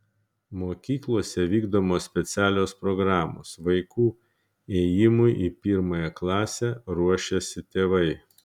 mokyklose vykdomos specialios programos vaikų ėjimui į pirmąją klasę ruošiasi tėvai